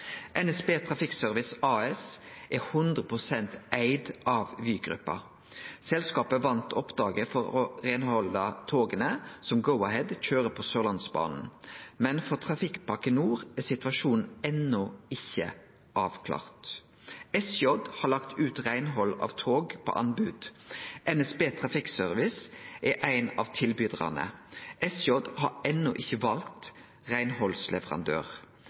NSB Trafikkservice AS er 100 pst. eigd av Vy-gruppa. Selskapet vann oppdraget for å reinhalde toga som Go-Ahead køyrer på Sørlandsbanen, men for Trafikkpakke Nord er situasjonen enno ikkje avklart. SJ har lagt ut reinhald av tog på anbod. NSB Trafikkservice er ein av tilbydarane. SJ har enno ikkje valt reinhaldsleverandør.